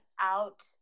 out